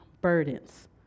burdens